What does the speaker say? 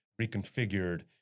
reconfigured